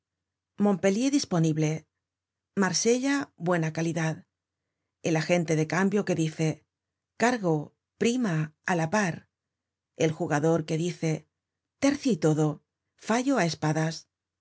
montpellier dis ponible marsella buena calidad el agente de cambio que dice car go prima a la par el jugador que dice tercio y todo fallo á espadas